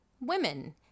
women